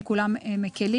הם כולם מקלים.